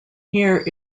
here